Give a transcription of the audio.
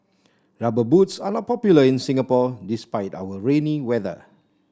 rubber boots are not popular in Singapore despite our rainy weather